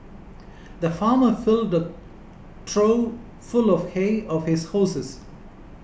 the farmer filled trough full of hay of his horses